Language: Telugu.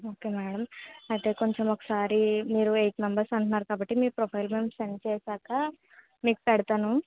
ఓకే మేడం అయితే కొంచెం ఒకసారి మీరు ఎయిట్ మెంబర్స్ అంటున్నారు కాబట్టి మీ ప్రొఫైల్ మేము సెండ్ చేశాక మీకు పెడతాను